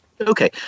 Okay